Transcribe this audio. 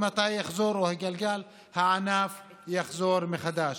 מתי הענף יחזור מחדש.